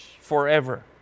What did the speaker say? forever